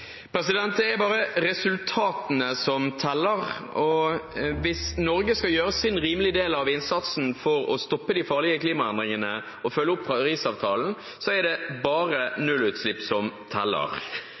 bare resultatene som teller, og hvis Norge skal gjøre sin rimelige del av innsatsen for å stoppe de farlige klimaendringene og følge opp Paris-avtalen, er det bare